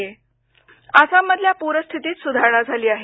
आसाम प्र आसाममधल्या पूरस्थितीत सुधारणा झाली आहे